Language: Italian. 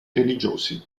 religiosi